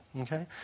Okay